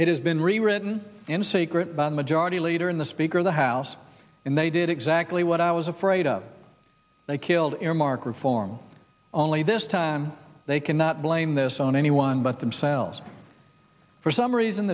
it has been rewritten in secret by the majority leader in the speaker the house and they did exactly what i was afraid of they killed earmark reform only this time they cannot blame this on anyone but themselves for some reason